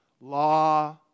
law